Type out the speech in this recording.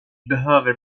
behöver